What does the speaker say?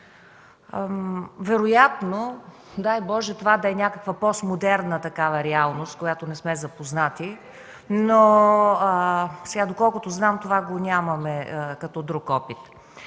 Вероятно, дай Боже, това да е някаква постмодерна реалност, с която не сме запознати, но, доколкото знам, това го нямаме като друг опит.